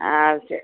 ஆ சேரி